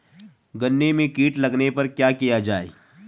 गन्ने में कीट लगने पर क्या किया जाये?